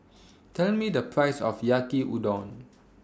Tell Me The Price of Yaki Udon